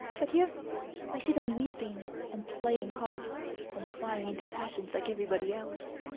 but here i see them weeping and playing cards and flying into passions like everybody else.